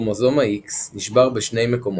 כרומוזום ה-X נשבר בשני מקומות,